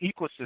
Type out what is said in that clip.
ecosystem